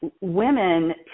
women